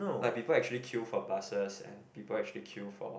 like people actually queue for buses and people actually queue for